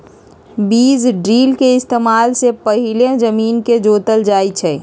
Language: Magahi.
बीज ड्रिल के इस्तेमाल से पहिले जमीन के जोतल जाई छई